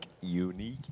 unique